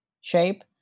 shape